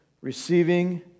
Receiving